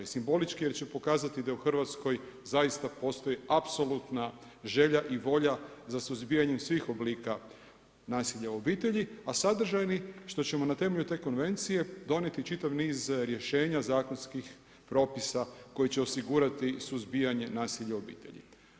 Simbolički jer će pokazati da u Hrvatskoj zaista postoji apsolutna želja i volja za suzbijanjem svih oblika nasilja u obitelji, a sadržajni što ćemo na temelju te konvencije donijeti čitav niz rješenja, zakonskih propisa koji će osigurati suzbijanje nasilja u obitelji.